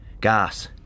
Gas